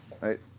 right